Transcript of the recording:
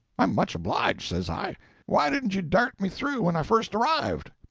i'm much obliged, says i why didn't you dart me through when i first arrived?